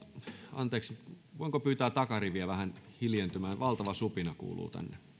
anteeksi voinko pyytää takariviä vähän hiljentymään valtava supina kuuluu tänne